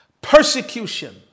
persecution